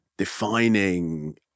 defining